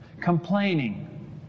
complaining